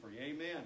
amen